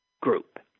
group